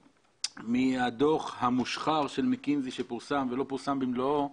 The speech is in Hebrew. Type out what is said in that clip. מהדוח המושחר של מקינזי שפורסם ולא פורסם במלואו,